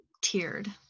tiered